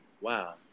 wow